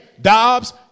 Dobbs